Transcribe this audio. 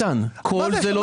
איתן, כל זה לא דחוף.